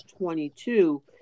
22